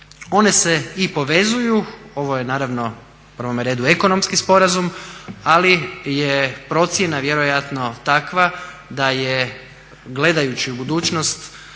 One se i povezuju, ovo je naravno u prvome redu ekonomski sporazum, ali je procjena vjerojatno takva da je gledajući u budućnost